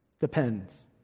Depends